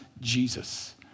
Jesus